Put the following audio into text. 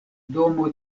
domo